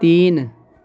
تین